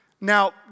Now